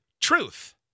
truth